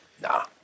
nah